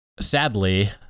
sadly